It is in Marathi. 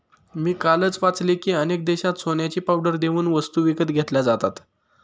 मी कालच वाचले की, अनेक देशांत सोन्याची पावडर देऊन वस्तू विकत घेतल्या जातात